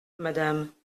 madame